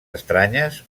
estranyes